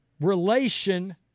relation